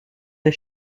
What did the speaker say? des